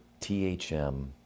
THM